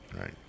Right